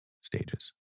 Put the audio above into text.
stages